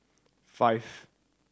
five